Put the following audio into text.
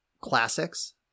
classics